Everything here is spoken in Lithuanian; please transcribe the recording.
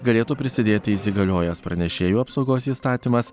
galėtų prisidėti įsigaliojęs pranešėjų apsaugos įstatymas